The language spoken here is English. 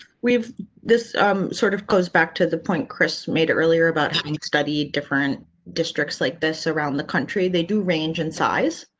we've this sort of goes back to the point. chris made earlier about study, different districts like this around the country. they do range in size,